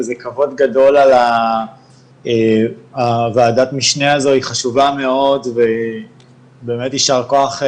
וזה כבוד גדול על ועדת המשנה הזו היא חשובה מאוד ובאמת יישר כוח,